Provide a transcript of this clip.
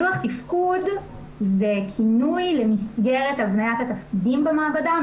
לוח תפקוד זה כינוי למסגרת הבניית התפקידים במעבדה,